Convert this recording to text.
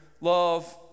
love